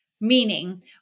Meaning